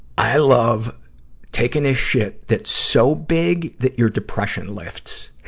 i love taking a shit that's so big that your depression lifts.